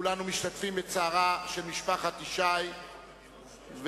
כולנו משתתפים בצערה של משפחת ישי ומבקשים